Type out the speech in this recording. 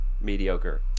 mediocre